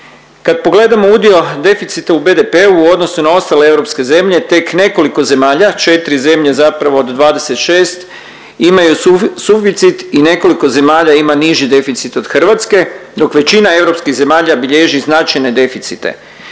Kad pogledamo udio deficita u BDP-u odnosu na ostale europske zemlje tek nekoliko zemalja, četri zemlje zapravo od 26 imaju suficit i nekoliko zemalja ima niži deficit od Hrvatske dok većina europskih zemalja bilježi značajne deficite.